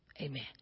Amen